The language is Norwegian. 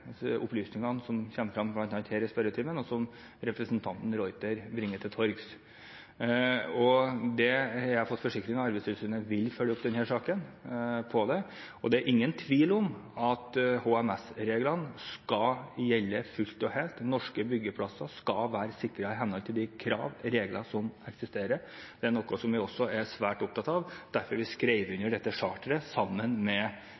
opplysningene som kommer frem bl.a. her i spørretimen, og som representanten de Ruiter bringer til torgs. Jeg har fått forsikring om at Arbeidstilsynet vil følge opp denne saken, og det er ingen tvil om at HMS-reglene skal gjelde fullt og helt, norske byggeplasser skal være sikret i henhold til de krav og regler som eksisterer. Det er noe som vi også er svært opptatt av. Det var derfor vi skrev under dette HMS-charteret, sammen med